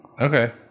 Okay